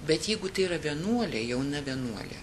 bet jeigu tai yra vienuolė jauna vienuolė